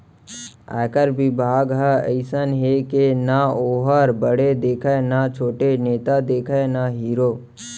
आयकर बिभाग ह अइसना हे के ना वोहर बड़े देखय न छोटे, नेता देखय न हीरो